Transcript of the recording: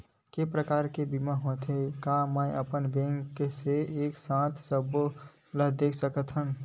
के प्रकार के बीमा होथे मै का अपन बैंक से एक साथ सबो ला देख सकथन?